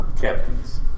captains